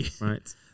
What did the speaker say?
right